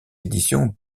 éditions